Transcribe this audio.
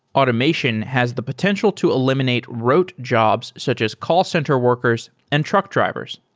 automation has the potential to eliminate rote jobs, such as call center workers and truck drivers.